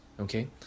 okay